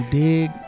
dig